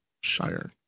Shire